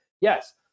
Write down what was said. Yes